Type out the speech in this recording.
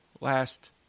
last